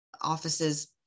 offices